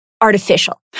artificial